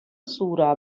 sura